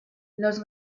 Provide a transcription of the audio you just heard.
los